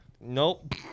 Nope